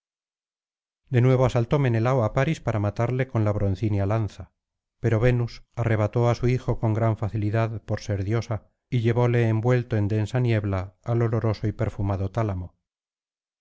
de nuevo asaltó menelao á parís para matarle con la broncínea lanza pero venus arrebató á su hijo con gran facilidad por ser diosa y llevóle envuelto en densa niebla al oloroso y perfumado tálamo